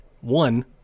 one